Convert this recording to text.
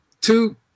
two